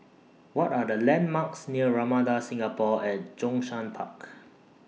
What Are The landmarks near Ramada Singapore At Zhongshan Park